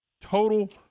total